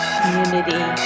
community